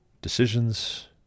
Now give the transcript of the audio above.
decisions